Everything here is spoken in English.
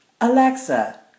Alexa